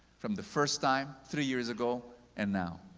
from the first time, three years ago, and now?